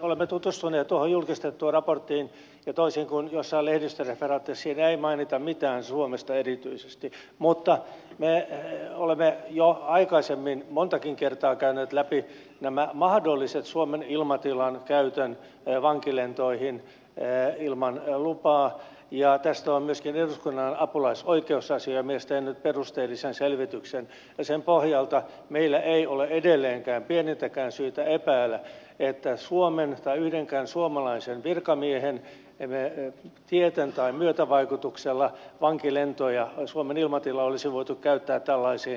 olemme tutustuneet tuohon julkistettuun raporttiin ja toisin kuin jossain lehdistöreferaatissa siinä ei mainita mitään suomesta erityisesti mutta me olemme jo aikaisemmin montakin kertaa käyneet läpi nämä mahdolliset suomen ilmatilan käytöt vankilentoihin ilman lupaa ja tästä on myöskin eduskunnan apulaisoikeusasiamies tehnyt perusteellisen selvityksen ja sen pohjalta meillä ei ole edelleenkään pienintäkään syytä epäillä että suomen tai yhdenkään suomalaisen virkamiehen tieten tai myötävaikutuksella suomen ilmatilaa olisi voitu käyttää tällaisiin toimenpiteisiin